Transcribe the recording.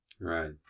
Right